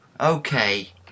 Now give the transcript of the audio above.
okay